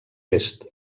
est